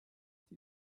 die